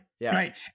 right